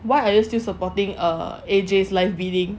why are you still supporting err A_J live bidding